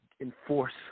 enforce